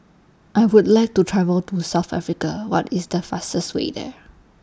I Would like to travel to South Africa What IS The fastest Way There